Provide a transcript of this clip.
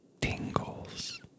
tingles